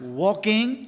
walking